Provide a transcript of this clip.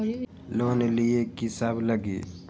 Loan लिए की सब लगी?